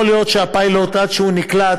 יכול להיות שהפיילוט, עד שהוא נקלט.